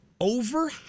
over